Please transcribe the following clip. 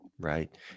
Right